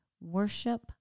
Worship